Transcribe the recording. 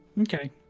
okay